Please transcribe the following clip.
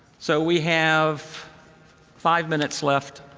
so we have five minutes left.